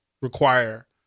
require